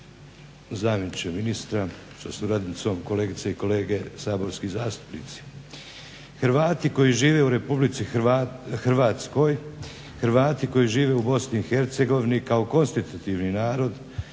zamjeniče ministra sa suradnicom, kolegice i kolege saborski zastupnici. Hrvati koji žive u RH, Hrvati koji žive u BiH kao konstitutivni narod